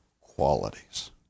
qualities